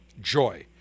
Joy